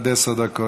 עד עשר דקות.